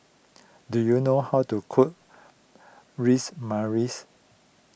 do you know how to cook Ras